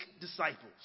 disciples